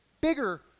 bigger